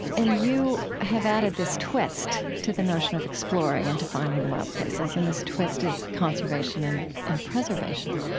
and you have added this twist to the notion of exploring and to finding the wild places, and this twist is conservation and and preservation